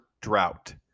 drought